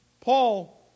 Paul